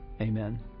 amen